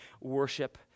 worship